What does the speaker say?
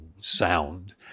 sound